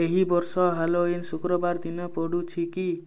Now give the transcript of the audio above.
ଏହି ବର୍ଷ ହାଲୋଇନ୍ ଶୁକ୍ରବାର ଦିନ ପଡ଼ୁଛି କି